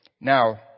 Now